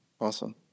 Awesome